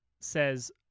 says